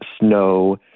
snow